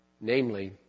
Namely